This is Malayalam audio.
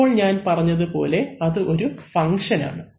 ഇപ്പോൾ ഞാൻ പറഞ്ഞതുപോലെ അത് ഒരു ഫങ്ക്ഷൻ ആണ്